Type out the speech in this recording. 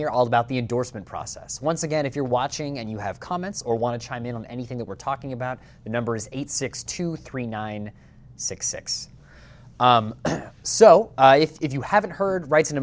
here all about the endorsement process once again if you're watching and you have comments or want to chime in on anything that we're talking about the number is eight six two three nine six six so if you haven't heard rights in